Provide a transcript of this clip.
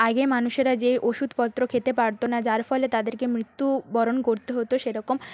আগে মানুষেরা যে ওষুধপত্র খেতে পারতো না যার ফলে তাদেরকে মৃত্যু বরণ করতে হতো সেরকম